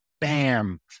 bam